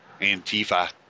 Antifa